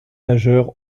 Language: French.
nageurs